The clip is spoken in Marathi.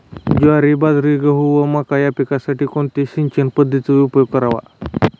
ज्वारी, बाजरी, गहू व मका या पिकांसाठी कोणत्या सिंचन पद्धतीचा उपयोग करावा?